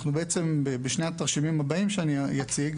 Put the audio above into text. בשני התרשימים הבאים שאציג,